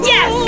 Yes